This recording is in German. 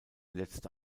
letzte